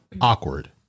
awkward